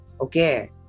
Okay